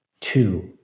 Two